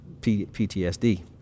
PTSD